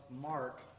Mark